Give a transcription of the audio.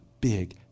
big